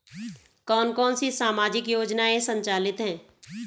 कौन कौनसी सामाजिक योजनाएँ संचालित है?